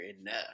enough